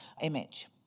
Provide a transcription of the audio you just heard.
image